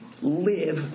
live